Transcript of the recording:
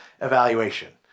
evaluation